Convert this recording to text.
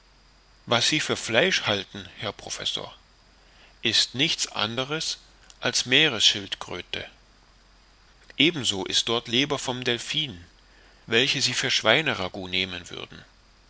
was sie für fleisch halten herr professor ist nichts anders als meerschildkröte ebenso ist dort leber vom delphin welche sie für schweineragout nehmen würden